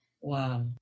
wow